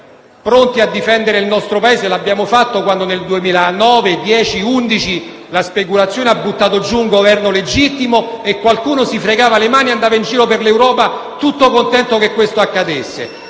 pronti a difendere il nostro Paese. Lo abbiamo fatto quando, negli anni 2009, 2010 e 2011, la speculazione ha buttato giù un Governo legittimo e qualcuno si fregava le mani e andava in giro per l'Europa tutto contento che questo accadesse.